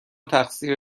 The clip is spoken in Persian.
تقصیر